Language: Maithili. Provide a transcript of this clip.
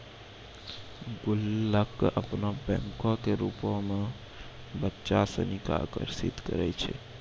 गुल्लक अपनो बैंको के रुपो मे बच्चा सिनी के आकर्षित करै छै